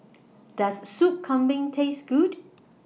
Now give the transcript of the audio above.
Does Soup Kambing Taste Good